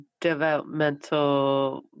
developmental